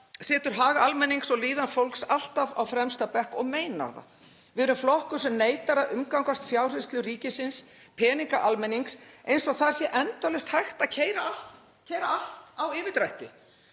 setur hag almennings og líðan fólks alltaf á fremsta bekk og meinar það. Við erum flokkur sem neitar að umgangast fjárhirslu ríkisins, peninga almennings, eins og það sé endalaust hægt að keyra allt á yfirdrætti.